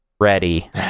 ready